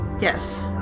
Yes